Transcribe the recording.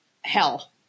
hell